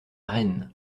rennes